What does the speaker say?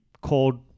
called